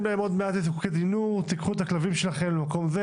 להם הודעה: קחו את הכלבים שלכם למקום אחר.